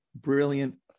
Brilliant